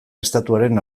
estatuaren